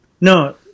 No